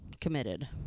committed